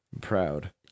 Proud